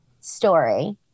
story